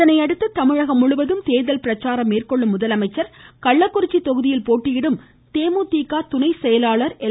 இதனையடுத்து தமிழகம் முழுவதும் தேர்தல் பிரச்சாரம் மேற்கொள்ளும் முதலமைச்சர் கள்ளகுறிச்சி தொகுதியில் போட்டியிடும் ஃதேமுதிக துணை செயலாளர் எல்